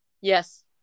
Yes